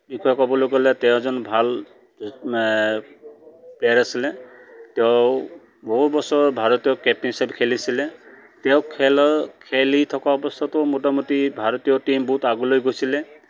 বিষয়ে ক'বলৈ গ'লে তেওঁ এজন ভাল প্লেয়াৰ আছিলে তেওঁ বহুবছৰ ভাৰতীয় কেপ্টেইনশ্বীপ খেলিছিলে তেওঁক খেলৰ খেলি থকা অৱস্থাতো মোটামুটি ভাৰতীয় টীম বহুত আগলৈ গৈছিলে